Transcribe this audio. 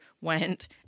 went